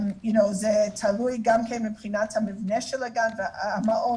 זה תלוי גם במבנה של הגן והמעון